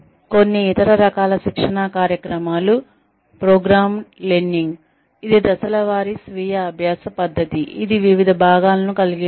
కొన్ని ఇతర రకాల శిక్షణా కార్యక్రమాలు ప్రోగ్రామ్డ్ లెర్నింగ్ ఇది దశల వారీ స్వీయ అభ్యాస పద్ధతి ఇది వివిధ భాగాలను కలిగి ఉంటుంది